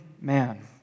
man